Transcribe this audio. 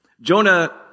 Jonah